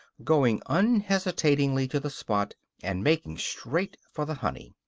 going unhesitatingly to the spot, and making straight for the honey.